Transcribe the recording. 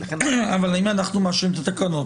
אבל אם אנחנו מאשרים את התקנות,